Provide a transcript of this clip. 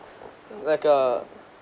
like a